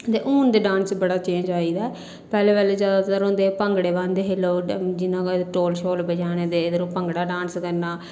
ते हून डांस ते बड़ा चेंज आई गेदा पैह्लें पैह्ले जादैतर होंदे हे भांगड़े पांदे हे लोक ते ढोल बजाने ते भांगड़ा पाना ते